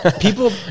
People